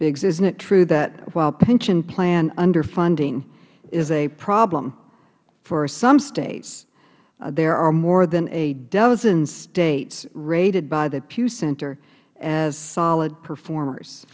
gs isnt it true that while pension plan underfunding is a problem for some states there are more than a dozen states rated by the pew center as solid performers